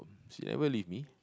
she never leave me